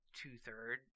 two-third